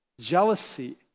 jealousy